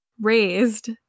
raised